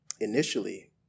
initially